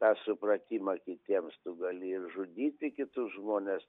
tą supratimą kitiems tu gali ir žudyti kitus žmones